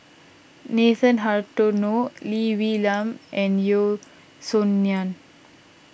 Nathan Hartono Lee Wee Nam and Yeo Song Nian